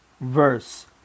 verse